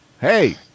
hey